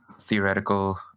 theoretical